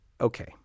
okay